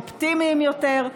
אופטימיים יותר,